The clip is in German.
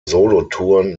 solothurn